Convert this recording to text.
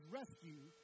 rescue